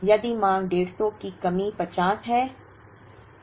यदि माँग 150 की कमी 50 है